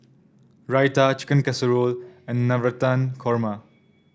Raita Chicken Casserole and Navratan Korma